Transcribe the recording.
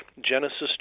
Genesis